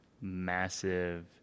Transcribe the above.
massive